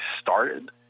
started